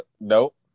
Nope